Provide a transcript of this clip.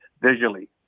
visually